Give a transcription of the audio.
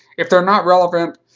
if they're not relevant,